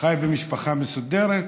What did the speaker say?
חי במשפחה מסודרת,